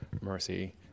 Mercy